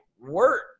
work